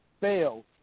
fail